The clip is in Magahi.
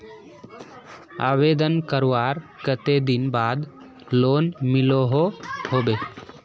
आवेदन करवार कते दिन बाद लोन मिलोहो होबे?